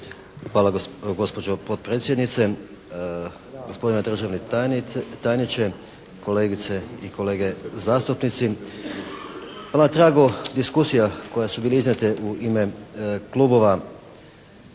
Hvala gospođo potpredsjednice. Gospodine državni tajniče, kolegice i kolege zastupnici. Na tragu diskusija koje su bile iznijete u ime klubova